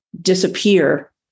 disappear